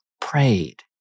prayed